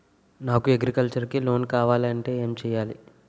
నాకు అగ్రికల్చర్ కి లోన్ కావాలంటే ఏం చేయాలి?